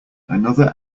another